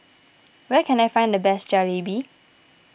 where can I find the best Jalebi